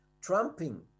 trumping